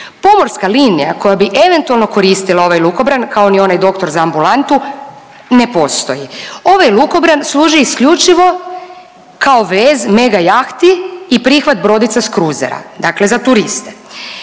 Pomorska linija koja bi eventualno koristila ovaj lukobran kao ni onaj doktor za ambulantu ne postoji. Ovaj lukobran služi isključivo kao vez mega jahti i prihvat brodica s kruzera, dakle za turiste,